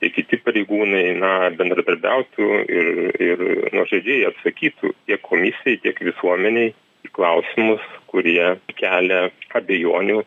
tiek kiti pareigūnai na bendradarbiautų ir ir nuoširdžiai atsakytų tiek komisijai tiek visuomenei į klausimus kurie kelia abejonių